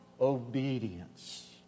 obedience